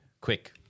quick